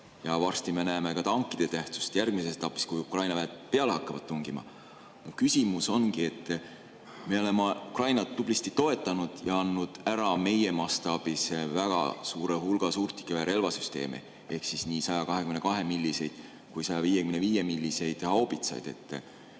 Ja varsti me näeme ka tankide tähtsust järgmises etapis, kui Ukraina väed peale hakkavad tungima. Mu küsimus ongi. Me oleme Ukrainat tublisti toetanud ja andnud ära meie mastaabis väga suure hulga suurtükiväe relvasüsteeme ehk nii 122-mm kui ka 155‑mm haubitsaid.